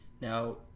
Now